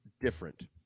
different